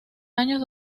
años